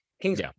Kings